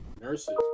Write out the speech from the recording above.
nurses